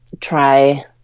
try